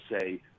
say